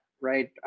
right